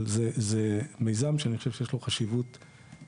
אבל זה מיזם שאני חושב שיש לו חשיבות גדולה.